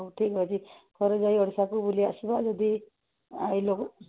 ହଉ ଠିକ୍ ଅଛି ଥରେ ଯାଇ ଓଡ଼ିଶାକୁ ବୁଲି ଆସିବା ଯଦି ଆଇଲ